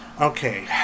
Okay